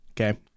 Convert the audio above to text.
Okay